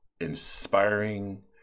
inspiring